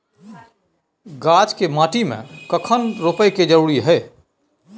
गाछ के माटी में कखन रोपय के जरुरी हय?